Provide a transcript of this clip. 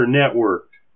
networked